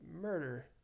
murder